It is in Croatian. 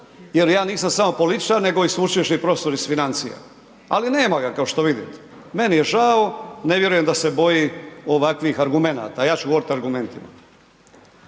jer ja nisam samo političar nego i sveučilišni profesor iz financija. Ali nema ga, kao što vidite. Meni je žao, ne vjerujem da se boji ovakvih argumenata a ja ću govoriti argumentima.